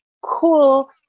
cool